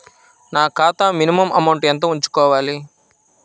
నా ఖాతా minimum amount ఎంత ఉంచుకోవాలి?